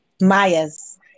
Mayas